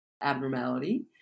abnormality